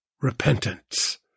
repentance